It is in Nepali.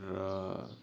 र